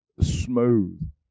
smooth